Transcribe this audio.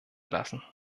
lassen